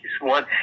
one